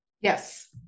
Yes